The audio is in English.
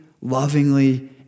lovingly